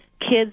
kids